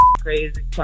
crazy